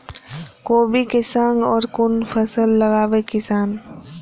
कोबी कै संग और कुन फसल लगावे किसान?